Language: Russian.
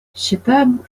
считаем